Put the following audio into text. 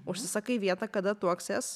užsisakai vietą kada tuoksies